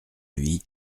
lui